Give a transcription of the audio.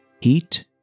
Heat